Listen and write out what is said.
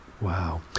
Wow